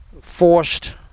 forced